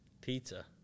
pizza